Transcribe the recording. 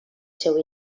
seu